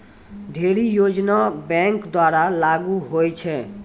ढ़ेरी योजना बैंक द्वारा लागू होय छै